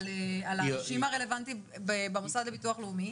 האנשים הרלבנטיים במוסד לביטוח הלאומי,